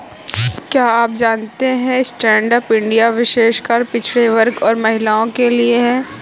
क्या आप जानते है स्टैंडअप इंडिया विशेषकर पिछड़े वर्ग और महिलाओं के लिए है?